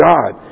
God